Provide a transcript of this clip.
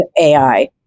AI